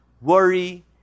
worry